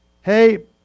hey